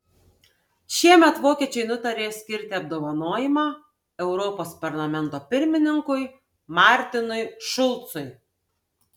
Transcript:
šiemet vokiečiai nutarė skirti apdovanojimą europos parlamento pirmininkui martinui šulcui